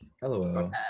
Hello